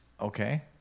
Okay